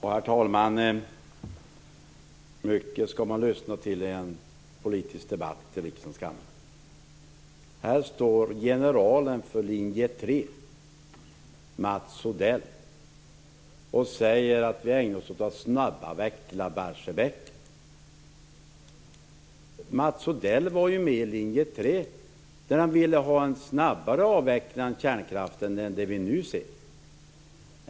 Herr talman! Mycket skall man lyssna till i en politisk debatt i riksdagens kammare. Här står generalen för linje 3 Mats Odell och säger att vi ägnar oss åt att snabbavveckla Barsebäck. Mats Odell var ju med i linje 3, där han ville ha en snabbare avveckling av kärnkraften än den vi nu ser.